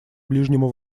ближнему